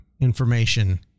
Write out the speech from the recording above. information